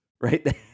right